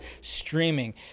streaming